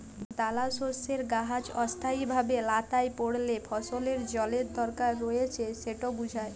দালাশস্যের গাহাচ অস্থায়ীভাবে ল্যাঁতাই পড়লে ফসলের জলের দরকার রঁয়েছে সেট বুঝায়